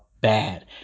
bad